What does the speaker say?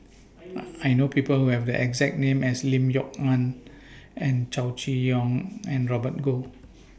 I know People Who Have The exact name as Lim Kok Ann and Chow Chee Yong and Robert Goh